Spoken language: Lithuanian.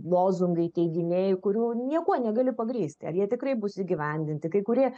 lozungai teiginiai kurių niekuo negali pagrįsti ar jie tikrai bus įgyvendinti kai kurie